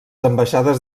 ambaixades